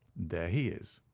there he is!